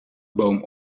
boom